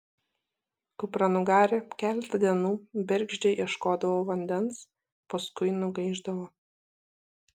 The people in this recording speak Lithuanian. kupranugarė keletą dienų bergždžiai ieškodavo vandens paskui nugaišdavo